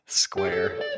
Square